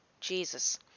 Jesus